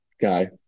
guy